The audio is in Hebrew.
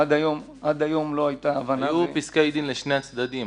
עד היום לא הייתה הבנה --- ראו פסקי דין לשני הצדדים,